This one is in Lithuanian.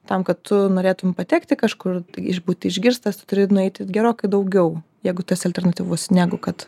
tam kad tu norėtum patekti kažkur iš būt išgirstas tu turi nueiti gerokai daugiau jeigu tu esi alternatyvus negu kad